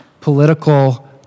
political